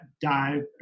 dive